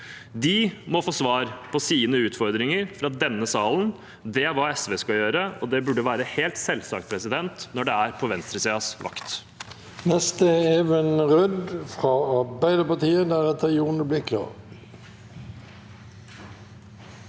De må få svar på sine utfordringer fra denne salen. Det er hva SV skal gjøre, og det burde være helt selvsagt når det er på venstresidens vakt.